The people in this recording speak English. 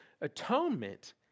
atonement